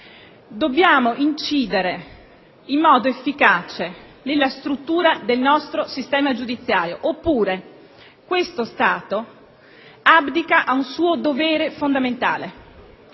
Dobbiamo incidere in modo efficace nella struttura del nostro sistema giudiziario, oppure questo Stato abdica ad un suo dovere fondamentale.